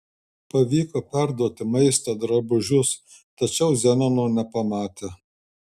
pavyko perduoti maistą drabužius tačiau zenono nepamatė